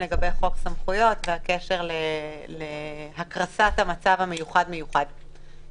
לגבי חוק סמכויות והקשר להקרסת המצב המיוחד מיוחד,